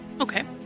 Okay